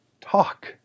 talk